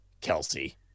Kelsey